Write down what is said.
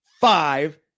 five